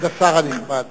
כבוד השר הנכבד,